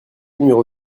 numéro